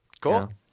cool